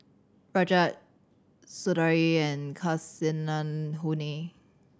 Rajat Sudhir and Kasinadhuni